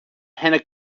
hannah